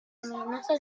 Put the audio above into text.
amenaza